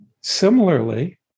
Similarly